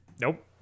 Nope